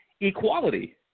equality